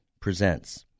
presents